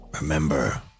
Remember